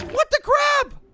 what the crap?